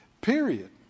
Period